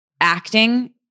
acting